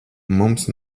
mums